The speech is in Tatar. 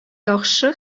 яхшы